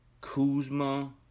Kuzma